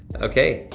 okay,